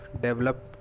develop